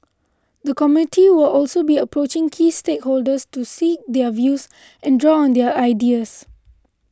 the committee will also be approaching key stakeholders to seek their views and draw on their ideas